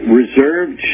reserved